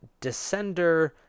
Descender